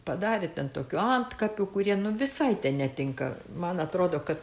padarė ten tokių antkapių kurie visai netinka man atrodo kad